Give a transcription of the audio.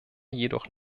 jedoch